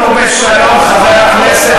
חבר הכנסת